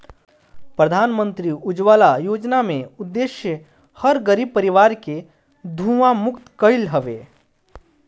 प्रधानमंत्री उज्ज्वला योजना के उद्देश्य हर गरीब परिवार के धुंआ मुक्त कईल हवे